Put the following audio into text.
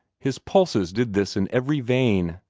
his pulses did this in every vein,